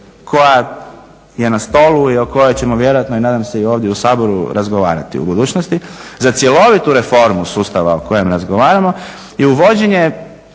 koja je na stolu i o kojoj ćemo vjerojatno i nadam se i ovdje u Saboru razgovarati u budućnosti za cjelovitu reformu sustava o kojem razgovaramo i uvođenje